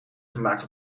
gemaakt